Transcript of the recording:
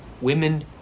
women